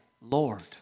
Lord